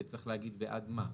וצריך להגיד בעד מה.